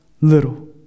little